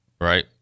right